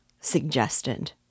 suggested